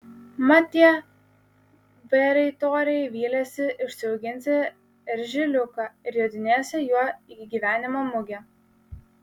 mat tie bereitoriai vylėsi užsiauginsią eržiliuką ir jodinėsią juo į gyvenimo mugę